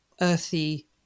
earthy